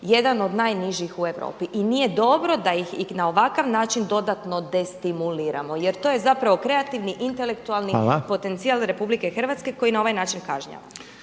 jedan od najnižih u Europi. I nije dobro da ih i na ovakav način dodatno destimuliramo. Jer to je zapravo kreativni intelektualni potencijal RH koji na ovaj način kažnjavan.